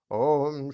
om